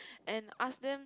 and ask them